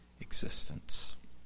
existence